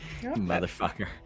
Motherfucker